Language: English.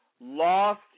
lost